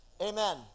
Amen